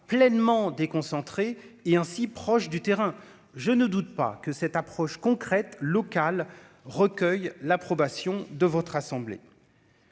pleinement déconcentré est ainsi proche du terrain, je ne doute pas que cette approche concrète local recueille l'approbation de votre assemblée,